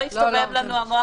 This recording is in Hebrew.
לא הסתובב לנו המוח.